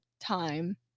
time